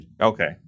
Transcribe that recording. Okay